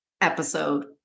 episode